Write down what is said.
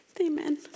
Amen